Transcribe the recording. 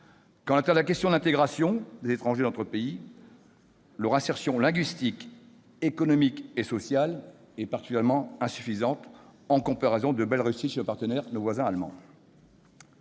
Quant à la question de l'intégration des étrangers dans notre pays, leur insertion linguistique, économique et sociale est particulièrement insuffisante en comparaison de belles réussites chez nos partenaires, notamment chez nos